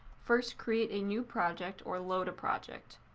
first create a new project or load a project.